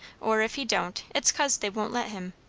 or if he don't, it's cause they won't let him.